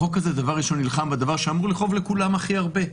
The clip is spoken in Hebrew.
החוק הזה דבר ראשון נלחם במה שאמור לכאוב לכולם הכי הרבה,